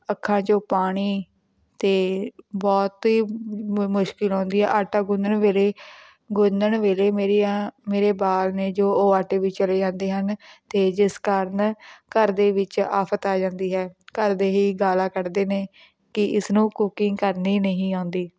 ਅੱਖਾਂ 'ਚੋਂ ਪਾਣੀ ਅਤੇ ਬਹੁਤ ਹੀ ਮ ਮੁਸ਼ਕਿਲ ਆਉਂਦੀ ਆਟਾ ਗੁੰਨਣ ਵੇਲੇ ਗੁੰਨਣ ਵੇਲੇ ਮੇਰੀਆਂ ਮੇਰੇ ਵਾਲ ਨੇ ਜੋ ਉਹ ਆਟੇ ਵਿਚ ਚਲੇ ਜਾਂਦੇ ਹਨ ਅਤੇ ਜਿਸ ਕਾਰਨ ਘਰ ਦੇ ਵਿੱਚ ਆਫਤ ਆ ਜਾਂਦੀ ਹੈ ਘਰ ਦੇ ਹੀ ਗਾਲ੍ਹਾਂ ਕਰਦੇ ਨੇ ਕਿ ਇਸ ਨੂੰ ਕੁਕਿੰਗ ਕਰਨੀ ਨਹੀਂ ਆਉਂਦੀ